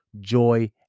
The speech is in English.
joy